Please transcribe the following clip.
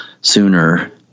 sooner